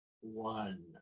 one